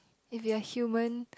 if you are human